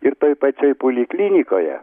ir toj pačioj poliklinikoje